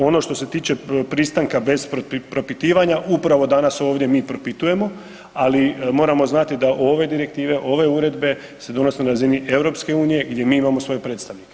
Ono što se tiče pristanka bez propitivanja upravo danas ovdje mi propitujemo, ali moramo znati da ove direktive i ove uredbe se donose na razini EU gdje mi imamo svoje predstavnike.